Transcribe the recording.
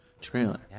trailer